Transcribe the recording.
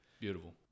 Beautiful